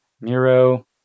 Miro